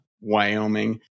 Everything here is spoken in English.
Wyoming